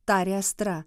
tarė astra